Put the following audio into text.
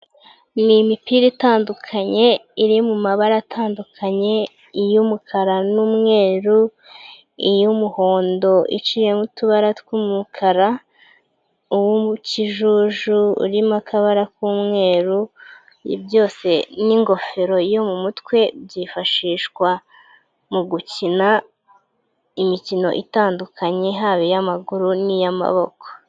Ni imipira itandukanye iri mu mabara atandukanye iy'umukara n'umweru, iy'umuhondo iciyeho utubara tw'umukara, uw'ikijuju urimo akabara k'umweru, ibi byose n'ingofero yo mu mutwe byifashishwa mu gukina imikino itandukanye haba iy'amaguru n'iy'amaboko.